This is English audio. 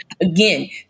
again